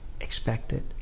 expected